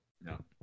No